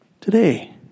today